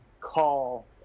call